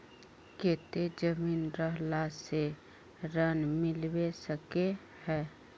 केते जमीन रहला से ऋण मिलबे सके है?